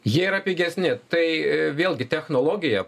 jie yra pigesni tai vėlgi technologija